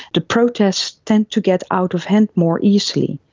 the protests tend to get out of hand more easily.